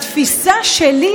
"בתפיסה שלי,